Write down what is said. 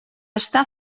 està